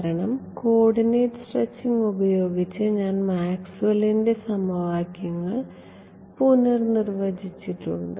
കാരണം coordinate stretching ഉപയോഗിച്ച് ഞാൻ മാക്സ്വെല്ലിന്റെ സമവാക്യങ്ങൾ പുനർനിർവചിച്ചിട്ടുണ്ട്